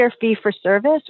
fee-for-service